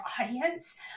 audience